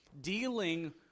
dealing